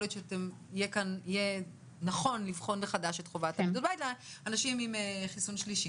להיות שיהיה נכון לבחון מחדש את חובת בידוד הבית לאנשים עם חיסון שלישי.